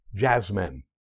Jazzmen